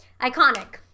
iconic